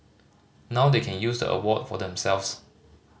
now they can use the award for themselves